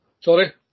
Sorry